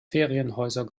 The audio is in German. ferienhäuser